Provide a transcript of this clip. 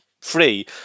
free